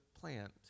plant